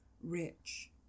rich